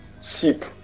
sheep